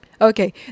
Okay